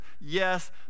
Yes